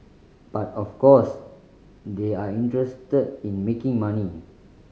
but of course they are interested in making money